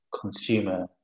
consumer